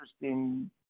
interesting